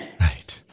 right